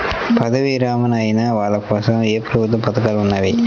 పదవీ విరమణ అయిన వాళ్లకోసం ఏ ప్రభుత్వ పథకాలు ఉన్నాయి?